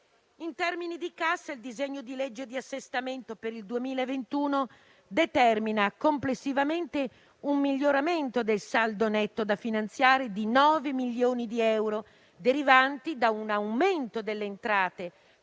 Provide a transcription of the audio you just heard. In termini di cassa, il disegno di legge di assestamento per il 2021 determina complessivamente un miglioramento del saldo netto da finanziare di 9 milioni di euro derivanti da un aumento delle entrate